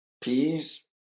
peas